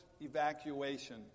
evacuation